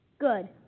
Good